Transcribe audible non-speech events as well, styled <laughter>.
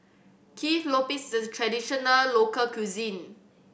Kueh Lopes <unintelligible> traditional local cuisine